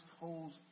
holds